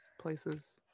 places